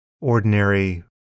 ordinary